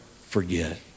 forget